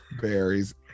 berries